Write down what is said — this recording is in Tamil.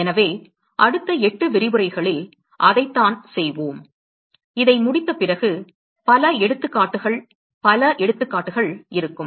எனவே அடுத்த 8 விரிவுரைகளில் அதைத்தான் செய்வோம் இதை முடித்த பிறகு பல எடுத்துக்காட்டுகள் பல எடுத்துக்காட்டுகள் இருக்கும்